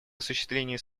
осуществлении